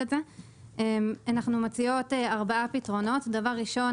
אנחנו מציעות ארבעה פתרונות: ראשית,